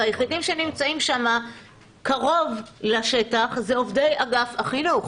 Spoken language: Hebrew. והיחידים שנמצאים שם קרוב לשטח הם עובדי אגף החינוך,